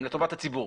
הן לטובת הציבור.